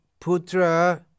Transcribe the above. putra